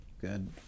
Good